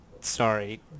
Sorry